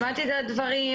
שמעתי את הדברים.